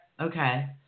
Okay